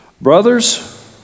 Brothers